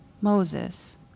Moses